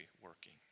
working